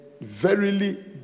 verily